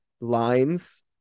lines